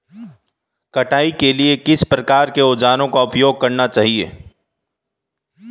कटाई के लिए किस प्रकार के औज़ारों का उपयोग करना चाहिए?